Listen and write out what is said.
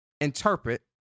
interpret